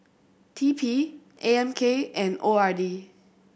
T P A M K and O R D